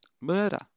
murder